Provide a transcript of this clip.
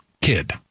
kid